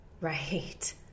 Right